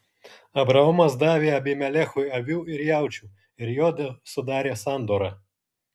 abraomas davė abimelechui avių ir jaučių ir juodu sudarė sandorą